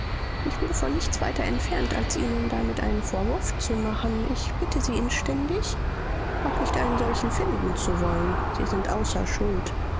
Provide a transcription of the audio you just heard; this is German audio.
ich bin von nichts weiter entfernt als ihnen damit einen vorwurf zu machen ich bitte sie inständig auch nicht einen solchen finden zu wollen sie sind außer schuld